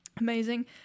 Amazing